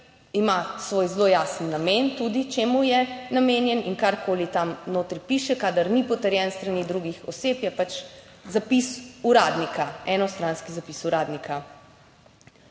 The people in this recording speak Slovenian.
ima svoj zelo jasen namen, tudi čemu je namenjen. In karkoli tam notri piše, kadar ni potrjen s strani drugih oseb, je pač zapis uradnika, enostranski zapis uradnika.